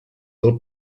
del